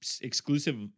exclusive